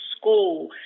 school